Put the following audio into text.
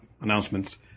announcements